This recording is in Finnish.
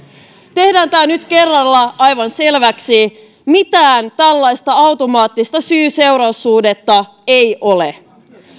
tehdään tämä nyt kerralla aivan selväksi mitään tällaista automaattista syy seuraus suhdetta ei ole